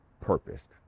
purpose